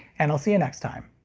and i'll see you next time!